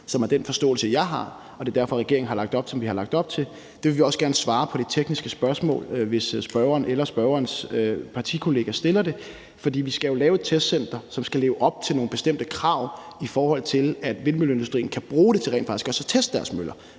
skal jeg ikke kunne sige, og det er derfor, regeringen har lagt op til det, som den har lagt op til. Vi vil også gerne svare på de tekniske spørgsmål, hvis spørgeren eller spørgerens partikollega stiller dem, for vi skal jo lave et testcenter, som skal leve op til nogle bestemte krav, i forhold til at vindmølleindustrien kan bruge det til så rent faktisk også at teste deres møller;